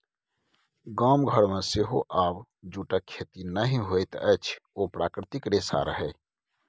गाम घरमे सेहो आब जूटक खेती नहि होइत अछि ओ प्राकृतिक रेशा रहय